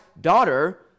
daughter